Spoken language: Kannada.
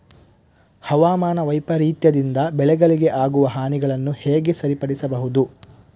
ಹವಾಮಾನ ವೈಪರೀತ್ಯದಿಂದ ಬೆಳೆಗಳಿಗೆ ಆಗುವ ಹಾನಿಗಳನ್ನು ಹೇಗೆ ಸರಿಪಡಿಸಬಹುದು?